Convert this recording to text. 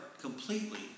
completely